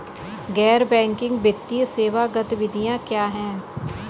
गैर बैंकिंग वित्तीय सेवा गतिविधियाँ क्या हैं?